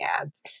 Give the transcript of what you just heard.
ads